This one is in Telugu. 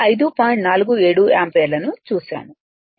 47యాంపియర్లను చూశాను